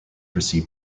receive